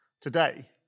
today